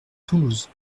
toulouse